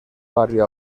barrio